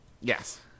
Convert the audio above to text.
Yes